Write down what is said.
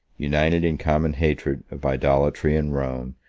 united in common hatred of idolatry and rome,